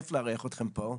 כיף לארח אתכם פה.